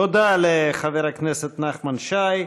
תודה לחבר הכנסת נחמן שי.